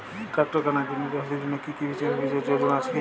Tractor কেনার জন্য চাষীদের জন্য কী কিছু বিশেষ যোজনা আছে কি?